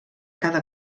cada